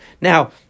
Now